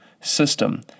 system